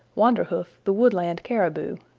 wanderhoof the woodland caribou.